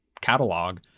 catalog